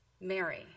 Mary